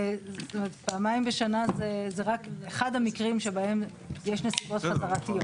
פעמיים בשנה זה רק אחד המקרים שבהם יש נסיבות חזרתיות,